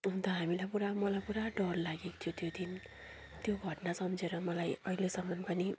अन्त हामीलाई पूरा मलाई पूरा डर लागेको थियो त्यो दिन त्यो घटना सम्झेर मलाई अलेसम्म पनि